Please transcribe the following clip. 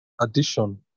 addition